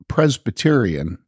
Presbyterian